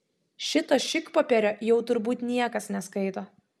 šito šikpopierio jau turbūt niekas neskaito